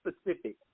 specific